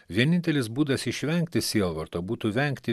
vienintelis būdas išvengti sielvarto būtų vengti